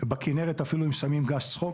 בכינרת שמים גם גז צחוק